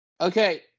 okay